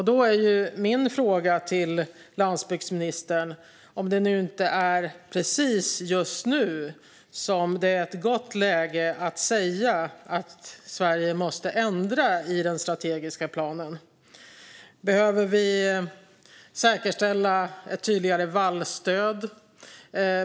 Då är min fråga till landsbygdsministern om det inte är precis just nu som det är ett gott läge att säga att Sverige måste ändra i den strategiska planen. Behöver vi säkerställa ett tydligare vallstöd?